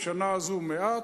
השנה הזאת מעט,